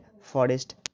forest